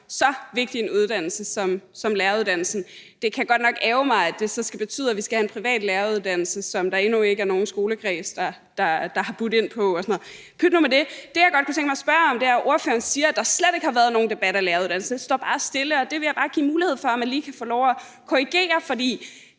så vigtig en uddannelse som læreruddannelsen. Det kan godt nok ærgre mig, at det så skal betyde, at vi skal have en privat læreruddannelse, som der endnu ikke er nogen skolekreds der har budt ind på, men pyt nu med det. Det, jeg godt kunne tænke mig at spørge om, er i forhold til det, ordføreren siger om, at der slet ikke har været nogen debat om læreruddannelsen, og at det bare står stille. Det vil jeg bare give mulighed for at man lige kan få lov at korrigere, for